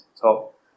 top